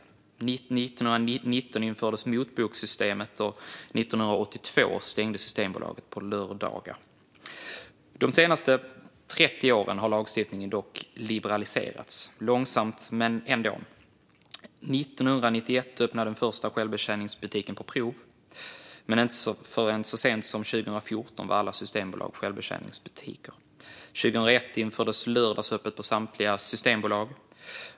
År 1919 infördes motbokssystemet, och år 1982 stängde Systembolaget på lördagar. De senaste 30 åren har lagstiftningen dock liberaliserats - långsamt, men ändå. Den första självbetjäningsbutiken öppnade 1991 på prov, men inte förrän så sent som 2014 var alla systembolag självbetjäningsbutiker. Lördagsöppet infördes på samtliga systembolag 2001.